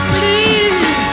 Please